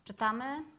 czytamy